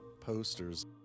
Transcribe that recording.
posters